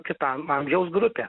kita amžiaus grupė